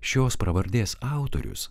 šios pravardės autorius